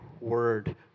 word